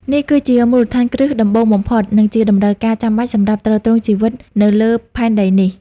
នេះគឺជាមូលដ្ឋានគ្រឹះដំបូងបំផុត និងជាតម្រូវការចាំបាច់សម្រាប់ទ្រទ្រង់ជីវិតនៅលើផែនដីនេះ។